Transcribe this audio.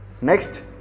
Next